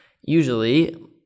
usually